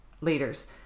leaders